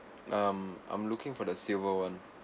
I'm I'm looking for the silver [one]